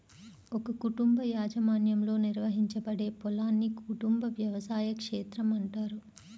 ఒక కుటుంబ యాజమాన్యంలో నిర్వహించబడే పొలాన్ని కుటుంబ వ్యవసాయ క్షేత్రం అంటారు